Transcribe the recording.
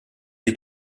die